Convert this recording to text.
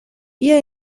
بیا